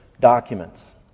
documents